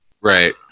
Right